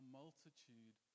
multitude